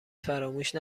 فراموش